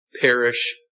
perish